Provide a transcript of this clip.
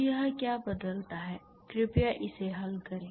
तो यह क्या बदलता है कृपया इसे हल करें